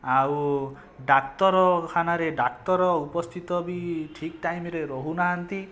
ଆଉ ଡାକ୍ତରଖାନାରେ ଡାକ୍ତର ଉପସ୍ଥିତ ବି ଠିକ୍ ଟାଇମରେ ରହୁନାହାନ୍ତି